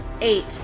Eight